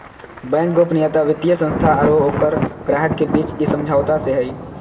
bank गोपनीयता वित्तीय संस्था आरो ओकर ग्राहक के बीच इ समझौता से हइ